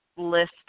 list